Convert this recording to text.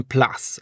Plus